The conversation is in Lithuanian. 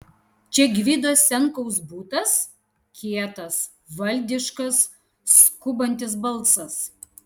čia gvido senkaus butas kietas valdiškas skubantis balsas